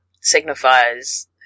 signifies